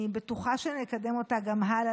אני בטוחה שנקדם אותה גם הלאה,